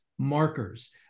Markers